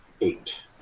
eight